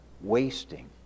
wasting